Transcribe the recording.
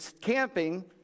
camping